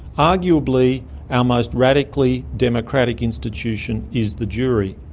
arguably our most radically democratic institution is the jury.